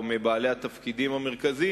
או מבעלי התפקידים המרכזיים,